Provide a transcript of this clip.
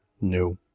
no